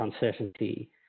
uncertainty